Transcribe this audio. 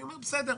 אני אומר: בסדר.